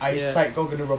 ya